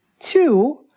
Two